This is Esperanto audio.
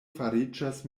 fariĝas